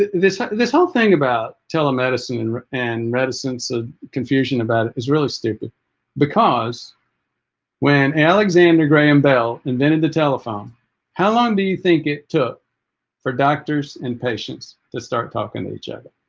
this this whole thing about telemedicine and and reticence of confusion about it is really stupid because when alexander graham bell invented the telephone how long do you think it took for doctors and patients to start talking to each other